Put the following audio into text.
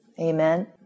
Amen